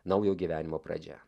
naujo gyvenimo pradžia